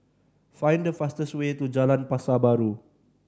find the fastest way to Jalan Pasar Baru